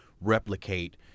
replicate